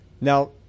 Now